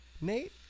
Nate